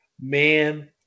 Man